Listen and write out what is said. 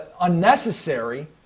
unnecessary